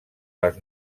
les